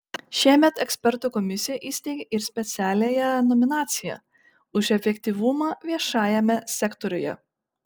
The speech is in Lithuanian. šiemet ekspertų komisija įsteigė ir specialiąją nominaciją už efektyvumą viešajame sektoriuje